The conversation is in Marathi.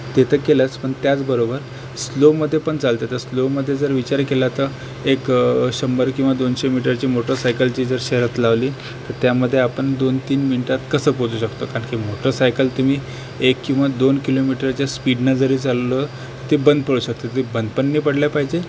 ते तर केलंच पण त्याचबरोबर स्लोमध्ये पण चालतात तर स्लोमध्ये जर विचार केला तर एक शंभर किंवा दोनशे मीटरची मोटरसायकलची जर शर्यत लावली तर त्यामध्ये आपण दोन तीन मिनटात कसं पोचू शकतो कारण की मोटरसायकल तुम्ही एक किंवा दोन किलोमीटरच्या स्पीडने जरी चाललो ते बंद पडू शकते ते बंद पण नाही पडल्या पाहिजे